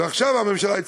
ועכשיו הממשלה הצליחה,